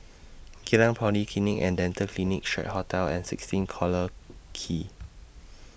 Geylang Polyclinic and Dental Clinic Strand Hotel and sixteen Collyer Quay